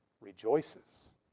rejoices